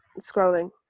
scrolling